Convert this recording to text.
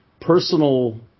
personal